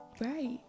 right